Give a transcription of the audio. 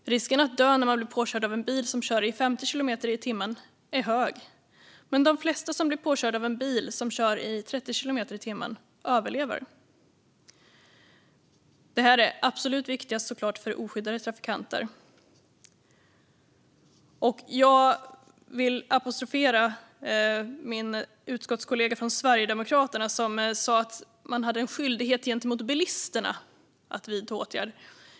Risken att dö när man blir påkörd av en bil som kör i 50 kilometer i timmen är hög, men de flesta som blir påkörda av en bil som kör i 30 kilometer i timmen överlever. Detta är såklart absolut viktigast för oskyddade trafikanter. Jag vill apostrofera min utskottskollega från Sverigedemokraterna, som sa att vi har en skyldighet gentemot bilisterna att vidta åtgärder.